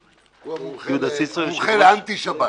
הוא המומחה לאנטי שבת.